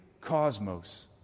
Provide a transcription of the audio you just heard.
cosmos